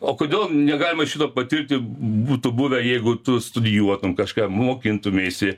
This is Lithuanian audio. o kodėl negalima šito patirti būtų buvę jeigu tu studijuotum kažką mokintumeisi